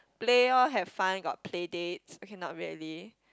play orh have fun got play dates okay not really